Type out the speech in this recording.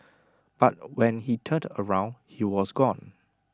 but when he turned around he was gone